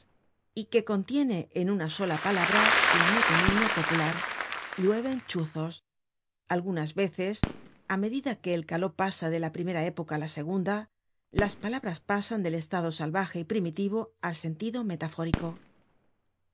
y que contiene en una sola palabra la metonimia popular llueven chuzos algunas veces á medida que el caló pasa de la primera época á la segunda las palabras pasan del estado salvaje y primitivo al sentido metafórico